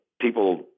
people